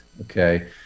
okay